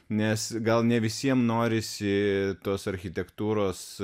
nes gal ne visiem norisi tos architektūros